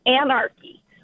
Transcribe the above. Anarchy